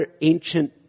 ancient